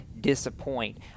disappoint